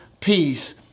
peace